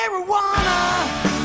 Marijuana